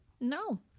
No